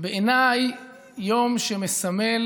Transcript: בעיניי הוא יום שמסמל